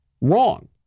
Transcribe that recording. wrong